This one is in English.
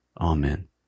Amen